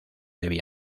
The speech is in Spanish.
debía